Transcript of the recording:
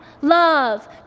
Love